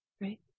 Right